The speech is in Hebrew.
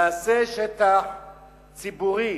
נעשה שטח ציבורי,